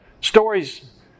stories